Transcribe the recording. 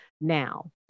now